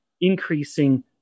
increasing